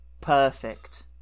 perfect